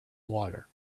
water